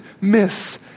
miss